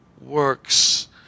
works